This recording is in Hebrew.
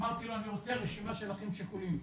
אמרתי לו 'אני רוצה רשימה של אחים שכולים'.